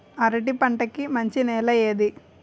అరటి పంట కి మంచి నెల ఏది?